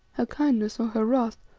her kindness or her wrath,